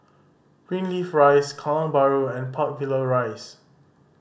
Greenleaf Rise Kallang Bahru and Park Villa Rise